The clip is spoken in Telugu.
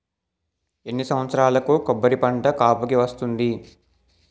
ఎన్ని సంవత్సరాలకు కొబ్బరి పంట కాపుకి వస్తుంది?